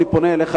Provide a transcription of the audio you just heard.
אני פונה אליך,